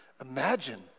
Imagine